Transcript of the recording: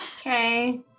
Okay